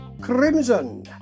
crimson